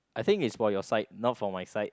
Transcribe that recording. I think it's for your site not for my site